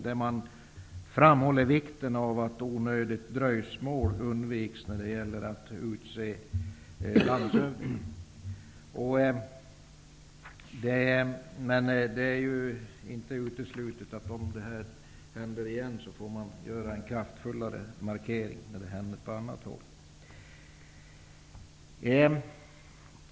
Där framhåller man vikten av att onödigt dröjsmål undviks när det gäller att utse landshövding. Om det här händer igen är det inte uteslutet att man får göra en kraftfullare markering.